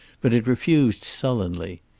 but it refused sullenly.